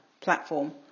platform